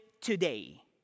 today